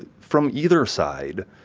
from either side,